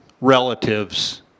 relatives